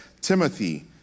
Timothy